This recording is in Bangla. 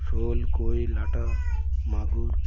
শোল কই ল্যাঠা মাগুর